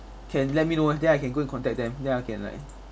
can let me know eh then I can go and contact them then I can like